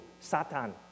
Satan